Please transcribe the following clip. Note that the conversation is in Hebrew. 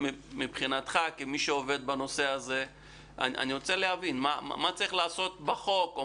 אני רוצה להבין מה צריך לעשות בחוק או